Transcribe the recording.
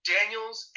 Daniels